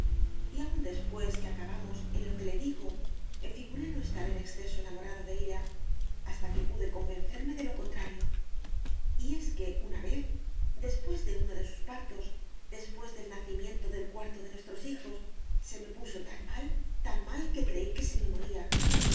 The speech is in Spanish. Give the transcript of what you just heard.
y aun después que acabamos en lo que le digo me figuré no estar en exceso enamorado de ella hasta que pude convencerme de lo contrario y es que una vez después de uno de sus partos después del nacimiento del cuarto de nuestros hijos se me puso tan mal tan mal que creí que se me moría